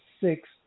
six